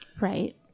right